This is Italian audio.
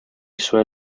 suoi